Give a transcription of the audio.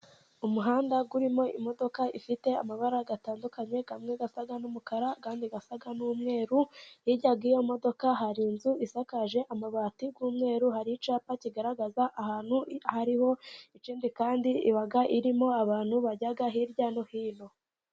Umuhanda urimo imodoka ifite amabara atandukanye, amwe asa n'umukara, andi asa n'umweru, hirya y'iyo modoka hari inzu isakaje amabati y'umweru, hari icyapa kigaragaza ahantu aho ariho, ikindi kandi iba irimo abantu bajya hirya no hino.